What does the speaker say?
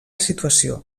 situació